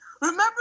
Remember